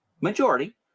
majority